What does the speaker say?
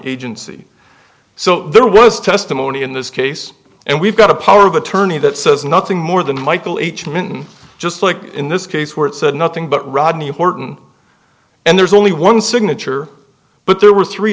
agency so there was testimony in this case and we've got a power of attorney that says nothing more than michael each human just like in this case where it said nothing but rodney horton and there's only one signature but there were three